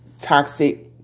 toxic